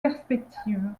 perspective